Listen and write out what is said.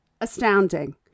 astounding